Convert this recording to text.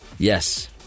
Yes